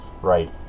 right